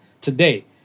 today